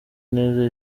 neza